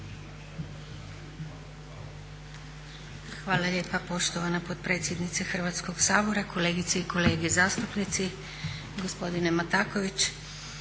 Hvala lijepa poštovana potpredsjednice Hrvatskog sabora. Kolegice i kolege zastupnici, gospodine Mataković.